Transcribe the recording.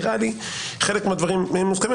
נראה לי שחלק מהדברים מוסכמים.